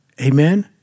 Amen